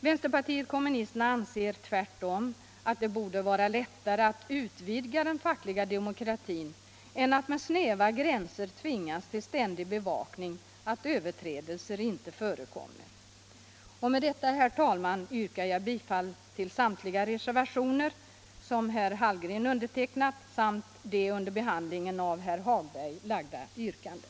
Vänsterpartiet kommunisterna anser tvärtom att det borde vara lättare att utvidga den fackliga demokratin än att med snäva gränser tvingas till ständig bevakning av att överträdelser inte förekommer. Med detta, herr talman, yrkar jag bifall till samtliga reservationer där herr Hallgrens namn återfinns samt till det av herr Hagberg i Borlänge under överläggningen framställda yrkandet.